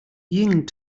ying